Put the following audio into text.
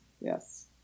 Yes